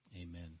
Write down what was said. Amen